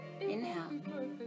Inhale